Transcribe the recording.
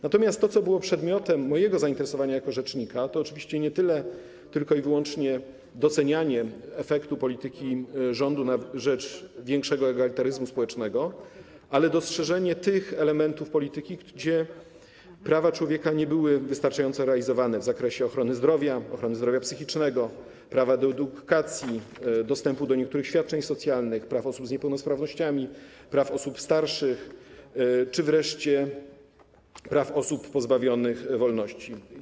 Natomiast tym, co było przedmiotem mojego zainteresowania jako rzecznika, było oczywiście nie tyle tylko i wyłącznie docenianie efektu polityki rządu na rzecz większego egalitaryzmu społecznego, co dostrzeżenie tych elementów, w których nie były wystarczająco realizowane prawa człowieka w zakresie ochrony zdrowia, ochrony zdrowia psychicznego, prawa do edukacji, dostępu do niektórych świadczeń socjalnych, praw osób z niepełnosprawnościami, praw osób starszych czy wreszcie praw osób pozbawionych wolności.